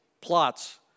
plots